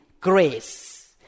grace